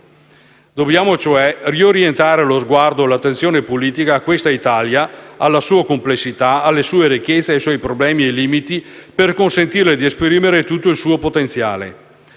Dobbiamo, cioè, riorientare lo sguardo e l'attenzione politica a questa Italia, alla sua complessità, alle sue ricchezze e ai suoi problemi e limiti, per consentirle di esprimere tutto il suo potenziale.